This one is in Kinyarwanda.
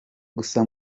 gusa